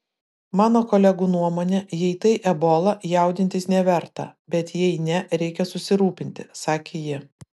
mano kolegų nuomone jei tai ebola jaudintis neverta bet jei ne reikia susirūpinti sakė ji